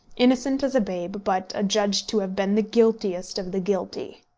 innocent as a babe, but adjudged to have been the guiltiest of the guilty.